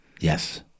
Yes